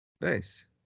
Nice